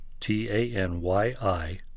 t-a-n-y-i